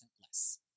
less